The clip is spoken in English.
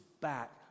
back